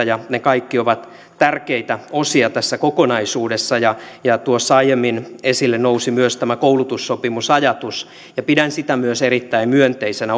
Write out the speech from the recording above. ja ne kaikki ovat tärkeitä osia tässä kokonaisuudessa tuossa aiemmin esille nousi myös koulutussopimusajatus pidän sitä myös erittäin myönteisenä